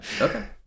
Okay